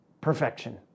Perfection